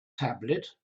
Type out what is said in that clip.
tablet